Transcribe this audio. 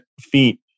feet